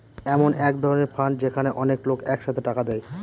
এমন এক ধরনের ফান্ড যেখানে অনেক লোক এক সাথে টাকা দেয়